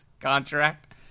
contract